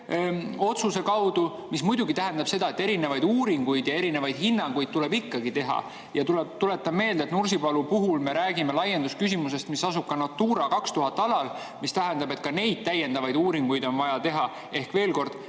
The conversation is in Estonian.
otsuse kaudu? See muidugi tähendab seda, et erinevaid uuringuid ja erinevaid hinnanguid tuleb ikkagi teha. Ja tuletan meelde, et Nursipalu puhul me räägime laiendusküsimusest, mis asub Natura 2000 alal. See tähendab, et ka neid täiendavaid uuringuid on vaja teha. Ehk veel kord: